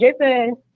Jason